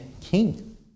king